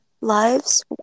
lives